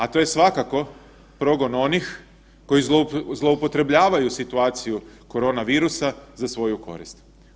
A to je svakako progon onih koji zloupotrebljavaju situaciju koronavirusa za svoju korist.